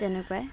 তেনেকুৱাই